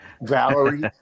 Valerie